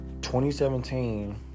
2017